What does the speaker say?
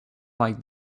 like